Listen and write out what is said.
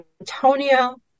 Antonio